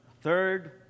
third